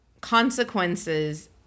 consequences